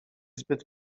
zbyt